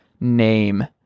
name